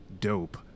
dope